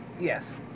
yes